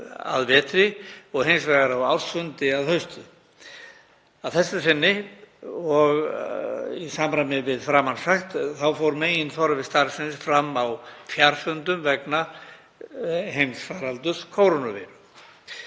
að vetri og hins vegar á ársfundi að hausti. Að þessu sinni og í samræmi við framansagt fór meginþorri starfsins fram á fjarfundum vegna heimsfaraldurs kórónuveiru.